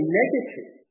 negative